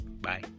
Bye